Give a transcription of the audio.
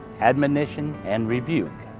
admonition and rebuke.